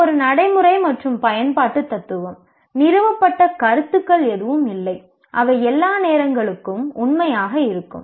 இது ஒரு நடைமுறை மற்றும் பயன்பாட்டு தத்துவம் நிறுவப்பட்ட கருத்துக்கள் எதுவும் இல்லை அவை எல்லா நேரங்களுக்கும் உண்மையாக இருக்கும்